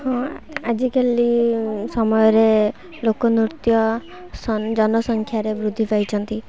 ହଁ ଆଜିକାଲି ସମୟରେ ଲୋକ ନୃତ୍ୟ ଜନସଂଖ୍ୟାରେ ବୃଦ୍ଧି ପାଇଛନ୍ତି